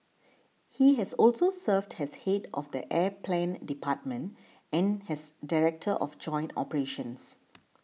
he has also served has head of the air plan department and has director of joint operations